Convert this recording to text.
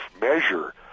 measure